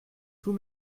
tous